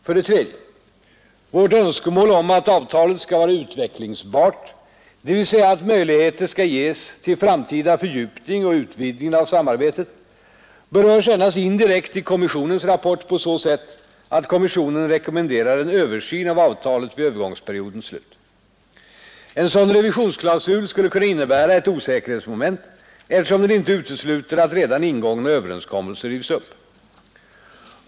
För det tredje: Vårt önskemål om att avtalet skall vara utvecklingsbart, dvs. att möjligheter skall ges till framtida fördjupning och utvidgning av samarbetet, berörs endast indirekt i kommissionens rapport på så sätt att kommissionen rekommenderar en översyn av avtalet vid övergångsperiodens slut. En sådan revisionsklausul skulle kunna innebära ett osäkerhetsmoment eftersom den inte utesluter att redan ingångna överenskommelser rivs upp.